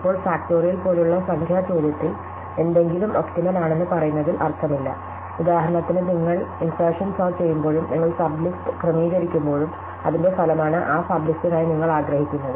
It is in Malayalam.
ഇപ്പോൾ ഫാക്റ്റോറിയൽ പോലുള്ള സംഖ്യാ ചോദ്യത്തിൽ എന്തെങ്കിലും ഒപ്റ്റിമൽ ആണെന്ന് പറയുന്നതിൽ അർത്ഥമില്ല ഉദാഹരണത്തിന് നിങ്ങൾ ഇന്സേര്ഷേൻ സോർട്ട് ചെയ്യുമ്പോഴും നിങ്ങൾ സബ് ലിസ്റ്റ് ക്രമീകരിക്കുമ്പോഴും അതിന്റെ ഫലമാണ് ആ സബ് ലിസ്ടിനായി നിങ്ങൾ ആഗ്രഹിക്കുന്നത്